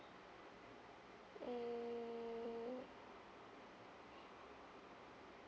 mm